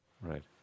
right